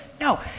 No